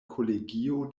kolegio